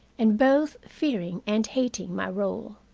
and both fearing and hating my role.